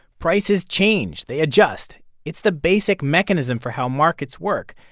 prices change, they adjust. it's the basic mechanism for how markets work.